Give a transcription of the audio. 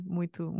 Muito